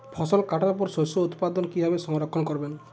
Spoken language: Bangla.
ফসল কাটার পর শস্য উৎপাদন কিভাবে সংরক্ষণ করবেন?